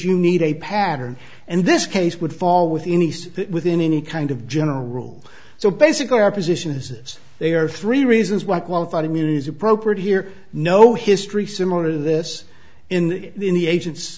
you need a pattern and this case would fall within these within any kind of general rule so basically our position is they are three reasons why qualified immunity is appropriate here no history similar to this in the in the agent